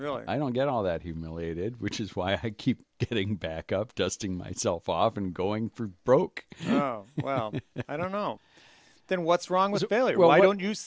really i don't get all that humiliated which is why i keep getting back up dusting myself off and going for broke well i don't know then what's wrong with family well why don't